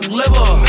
liver